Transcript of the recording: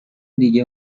دیگه